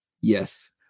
Yes